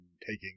taking